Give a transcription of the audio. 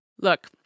Look